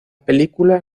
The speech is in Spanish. película